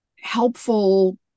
helpful